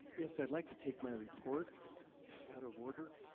yes, i would like to take my report out of order